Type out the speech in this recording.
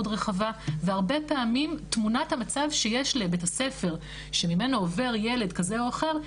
רחבה והרבה פעמים תמונת המצב שיש לבית הספר שממנו עובר ילד כזה או אחר,